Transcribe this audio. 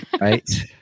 Right